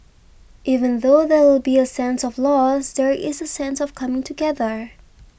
even though there will be a sense of loss there is a sense of coming together